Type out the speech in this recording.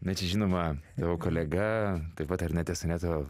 na čia žinoma tavo kolega taip pat ar ne tesoneto